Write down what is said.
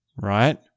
Right